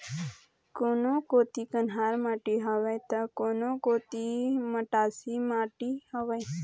कोनो कोती कन्हार माटी हवय त, कोनो कोती मटासी माटी हवय